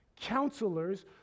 counselors